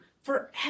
forever